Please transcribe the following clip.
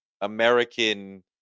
American